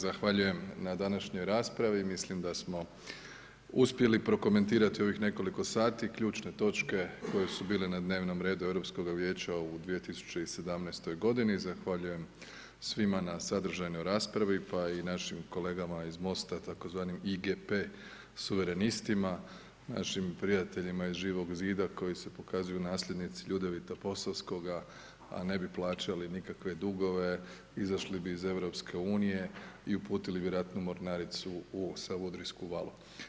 Zahvaljujem na današnjoj raspravi, mislim da smo uspjeli prokomentirati u ovih nekoliko sati, ključne točke, koje su bile na dnevnom redu Europskoga vijeća u 2017. g., zahvaljujem svima na sadržajnoj raspravi, pa i našim kolegama iz Mosta, tzv. IGP suvremenistima, našim prijateljima iz Živog zida, koji se pokazuju nasljednicima Ljudevita Posavskoga, a ne bi plaćali nikakve dugove, izašli bi iz EU i uputili vjerojatno mornaricu u Savudrijsku valu.